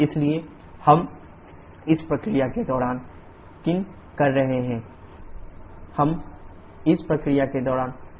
इसलिए हम इस प्रक्रिया के दौरान qin कर रहे हैं हम इस प्रक्रिया के दौरान qout कर रहे हैं